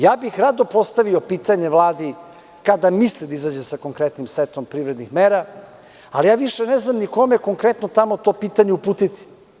Ja bih rado postavio pitanje Vladi - kada misli da izađe sa konkretnim setom privrednih mera, ali ja više ne znam ni kome konkretno tamo to pitanje uputiti?